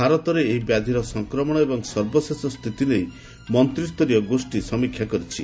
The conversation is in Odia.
ଭାରତରେ ଏହି ବ୍ୟାଧିର ସଂକ୍ରମଣ ଏବଂ ସର୍ବଶେଷ ସ୍ଥିତି ନେଇ ମନ୍ତ୍ରୀ ସ୍ତରୀୟ ଗୋଷ୍ଠୀ ସମୀକ୍ଷା କରିଛି